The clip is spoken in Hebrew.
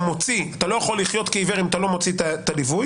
לא יכול לחיות כעיוור אם אתה לא מוציא את הליווי,